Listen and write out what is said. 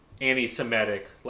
anti-Semitic